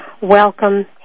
Welcome